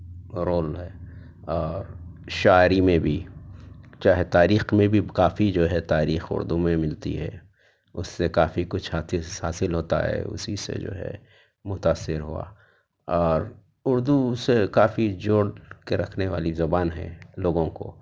role ہے اور شاعری میں بھی چاہے تاریخ میں بھی کافی جو ہے تاریخ اردو میں ملتی ہے اس سے کافی کچھ حاصل ہوتا ہے اسی سے جو ہے متأثر ہوا اور اردو سے کافی جوڑ کے رکھنے والی زبان ہے لوگوں کو